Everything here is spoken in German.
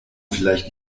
vielleicht